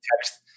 text